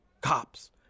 Cops